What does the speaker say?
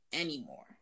anymore